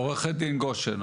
עו"ד גושן,